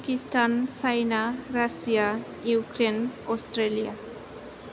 Pakistan China Russia Ukraine Australia